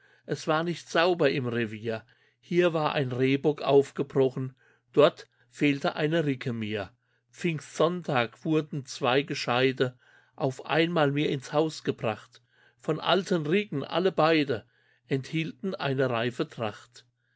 es war nicht sauber im revier hier war ein rehbock aufgebrochen dort fehlte eine ricke mir pfingstsonntag wurden zwei gescheide auf einmal mir ins haus gebracht von alten ricken alle beide enthielten eine reife tracht